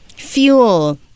Fuel